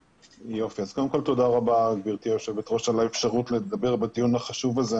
קודם כל תודה רבה גברתי היו"ר על האפשרות לדבר בדיון החשוב הזה.